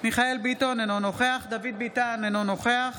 מיכאל מרדכי ביטון, אינו נוכח דוד ביטן, אינו נוכח